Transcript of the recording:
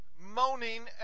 moaning